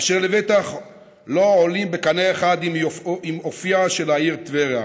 אשר לבטח אינן עולות בקנה אחד עם אופייה של העיר טבריה,